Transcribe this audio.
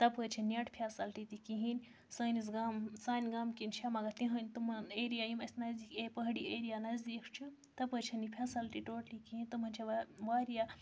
تَپٲرۍ چھنہٕ net facility تہِ کِہیٖنۍ سٲنِس گام سانہِ گامہٕ کِنۍ چھےٚ مگر تِہٕنٛد تِمَن ایریا یِم اَسہِ نَزدیٖکی پہٲڑی ایریا نزدیٖک چھُ تَپٲرۍ چھَنہٕ یہِ فیسَلٹی ٹوٹلی کِہیٖنۍ تِمَن چھےٚ وۄنۍ واریاہ